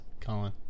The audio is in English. Colin